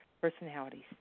personalities